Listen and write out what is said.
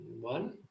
one